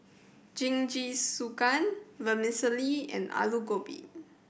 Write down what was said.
Jingisukan Vermicelli and Alu Gobi